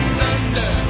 Thunder